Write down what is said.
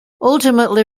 ultimately